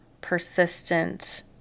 persistent